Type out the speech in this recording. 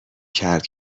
کرد